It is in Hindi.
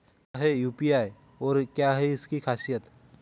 क्या है यू.पी.आई और क्या है इसकी खासियत?